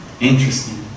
Interesting